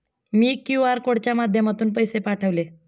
मी QR कोडच्या माध्यमातून पैसे पाठवले